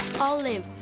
Olive